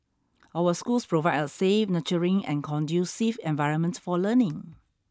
our schools provide a safe nurturing and conducive environment for learning